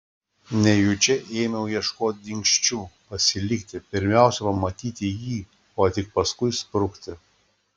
nejučia ėmiau ieškoti dingsčių pasilikti pirmiausia pamatyti jį o tik paskui sprukti